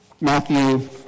Matthew